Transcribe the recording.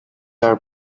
our